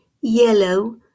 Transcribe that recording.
yellow